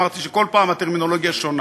אמרתי שכל פעם הטרמינולוגיה שונה,